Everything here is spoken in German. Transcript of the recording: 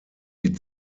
die